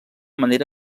manera